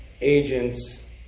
agents